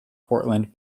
portland